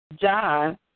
John